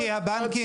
כי הבנקים,